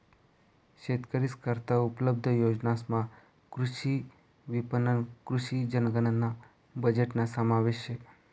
शेतकरीस करता उपलब्ध योजनासमा कृषी विपणन, कृषी जनगणना बजेटना समावेश शे